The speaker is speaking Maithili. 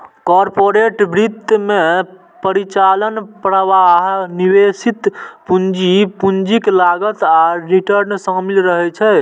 कॉरपोरेट वित्त मे परिचालन प्रवाह, निवेशित पूंजी, पूंजीक लागत आ रिटर्न शामिल रहै छै